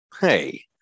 Hey